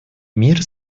мир